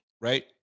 right